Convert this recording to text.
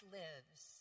lives